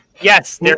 Yes